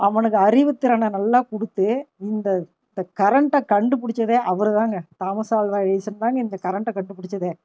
அவனுக்கு அறிவுத்திறனை நல்லா கொடுத்து இந்த க கரண்டை கண்டுபிடிச்சதே அவர் தாங்க தாமஸ் ஆல்வா எடிசன் தாங்க இந்த கரண்டை கண்டுபிடிச்சதே